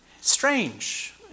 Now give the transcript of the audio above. Strange